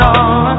on